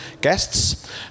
guests